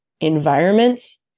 environments